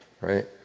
right